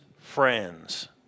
friends